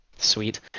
Sweet